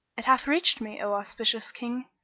it hath reached me, o auspicious king,